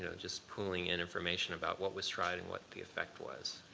and just pooling in information about what was tried and what the effect was.